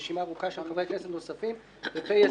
הוספת סמכות שר המשפטים למתן תוספת ניקוד למבחני הלשכה),